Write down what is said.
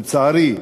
לצערי,